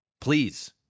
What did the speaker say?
please